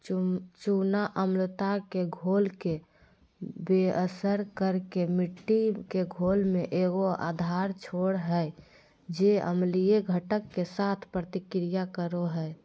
चूना अम्लता के घोल के बेअसर कर के मिट्टी के घोल में एगो आधार छोड़ हइ जे अम्लीय घटक, के साथ प्रतिक्रिया करो हइ